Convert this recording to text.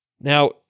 Now